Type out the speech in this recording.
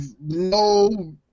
no